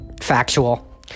factual